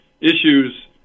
issues